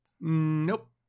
Nope